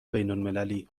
بینالمللی